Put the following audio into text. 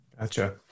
Gotcha